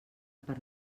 per